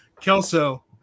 Kelso